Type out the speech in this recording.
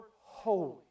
Holy